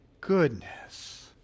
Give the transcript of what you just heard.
Goodness